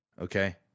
Okay